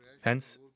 Hence